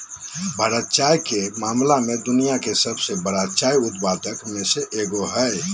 भारत चाय के मामला में दुनिया के सबसे बरा चाय उत्पादक में से एगो हइ